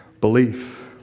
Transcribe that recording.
belief